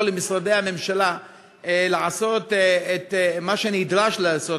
למשרדי הממשלה לעשות את מה שנדרש לעשות,